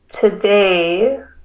today